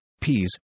peas